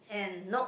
and nope